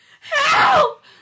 HELP